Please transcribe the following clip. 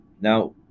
Now